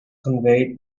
conveyed